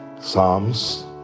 Psalms